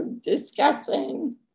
discussing